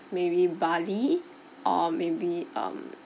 maybe bali or maybe um